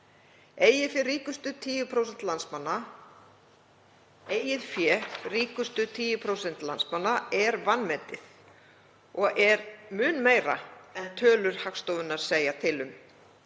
Eigið fé ríkustu 10% landsmanna er vanmetið, og er mun meira en tölur Hagstofunnar segja til um.